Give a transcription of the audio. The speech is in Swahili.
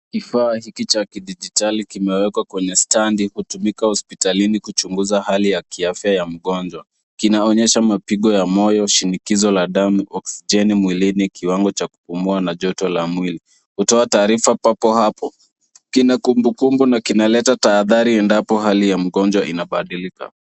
Kifaa hiki cha kidijitali, kimewekwa kwenye standi kutumika hospitalini kuchunguza hali ya kiafya ya mgonjwa. Kinaonyesha mapigo ya moyo, shinikizo la damu, oksijeni mwilini, kiwango cha kupumua, na joto la mwili. Hutoa taarifa papo hapo, kina kumbukumbu, na kinaleta tahadhari endapo hali ya mgonjwa inabadilika.